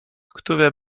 które